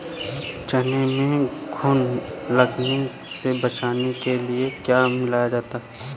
चना में घुन लगने से बचाने के लिए क्या मिलाया जाता है?